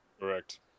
Correct